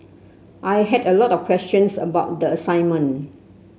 I had a lot of questions about the assignment